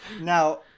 now